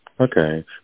Okay